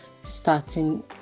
starting